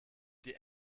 die